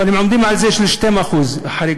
אבל הם עומדים על 2% חריגה.